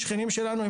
שכנים שלנו,